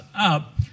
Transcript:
up